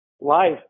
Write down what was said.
life